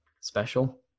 special